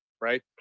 right